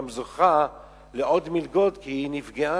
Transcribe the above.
גם זוכה לעוד מלגות, כי היא נפגעה,